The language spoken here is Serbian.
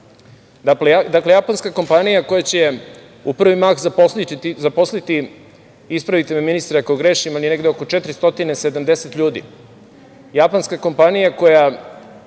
Dakle, japanska kompanija koja će u prvi mah zaposliti, ispravite me ministre ako grešim, negde oko 470 ljudi. Japanska kompanija koja